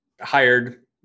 hired